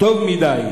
טוב מדי